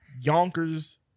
Yonkers